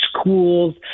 schools